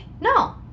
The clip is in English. No